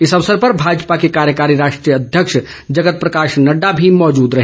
इस अवसर पर भाजपा के कार्यकारी राष्ट्रीय अध्यक्ष जगत प्रकाश नड्डा भी मौजूद रहे